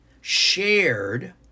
shared